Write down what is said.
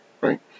right